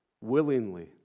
Willingly